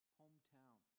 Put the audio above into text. hometown